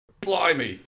Blimey